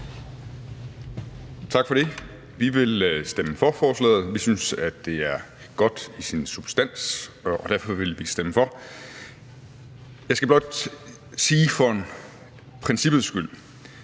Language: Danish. Tak for det. Vi vil stemme for forslaget. Vi synes, at det i sin substans er godt, og derfor vil vi stemme for. Jeg skal blot sige, for princippets skyld,